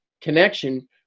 connection